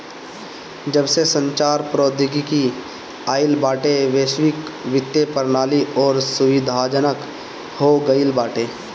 जबसे संचार प्रौद्योगिकी आईल बाटे वैश्विक वित्तीय प्रणाली अउरी सुविधाजनक हो गईल बाटे